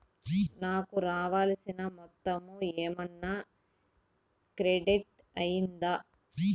నాకు రావాల్సిన మొత్తము ఏమన్నా క్రెడిట్ అయ్యిందా